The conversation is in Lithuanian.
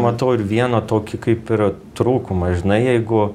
matau ir vieną tokį kaip ir trūkumą žinai jeigu